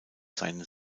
seinen